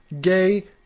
Gay